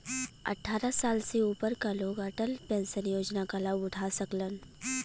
अट्ठारह साल से ऊपर क लोग अटल पेंशन योजना क लाभ उठा सकलन